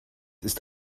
ist